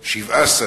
שבעה.